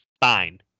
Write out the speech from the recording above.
fine